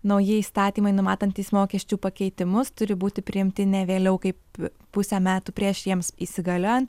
nauji įstatymai numatantys mokesčių pakeitimus turi būti priimti ne vėliau kaip pusę metų prieš jiems įsigaliojant